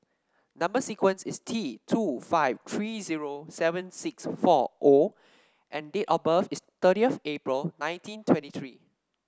number sequence is T two five three zero seven six four O and date of birth is thirtieth April nineteen twenty three